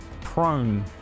prone